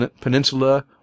peninsula